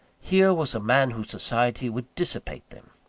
here was a man whose society would dissipate them.